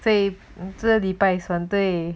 对着礼拜三